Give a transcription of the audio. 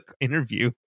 interview